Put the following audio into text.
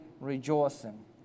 rejoicing